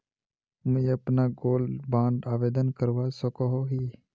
मुई अपना gold bond आवेदन करवा सकोहो ही?